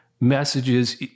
messages